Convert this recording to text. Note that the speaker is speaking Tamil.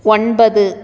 ஒன்பது